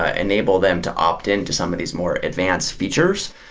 ah enable them to opt-in to some of these more advanced features,